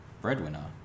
breadwinner